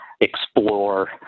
explore